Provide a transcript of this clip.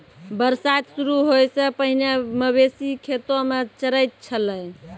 बरसात शुरू होय सें पहिने मवेशी खेतो म चरय छलै